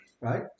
Right